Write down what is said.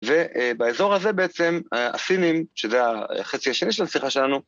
‫ובאזור הזה בעצם הסינים, ‫שזה החצי השני של השיחה שלנו...